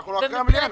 אז אחרי המליאה נחזור.